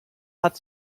hat